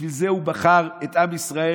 בשביל זה הוא בחר את עם ישראל